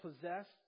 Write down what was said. possessed